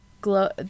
glow